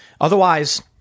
Otherwise